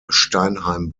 steinheim